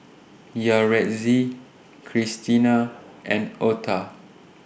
Yaretzi Cristina and Otha